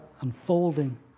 unfolding